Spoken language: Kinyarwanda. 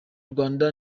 rwanda